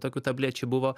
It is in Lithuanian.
tokių tablečių buvo